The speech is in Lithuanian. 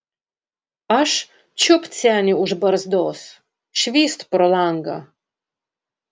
aš čiupt senį už barzdos švyst pro langą